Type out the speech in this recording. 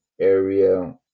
area